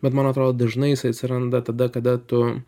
bet man atrodo dažnai jis atsiranda tada kada tu